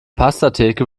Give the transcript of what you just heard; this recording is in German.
pastatheke